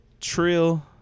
Trill